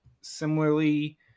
similarly